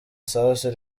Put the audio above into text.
sasu